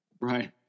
right